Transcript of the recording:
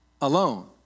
alone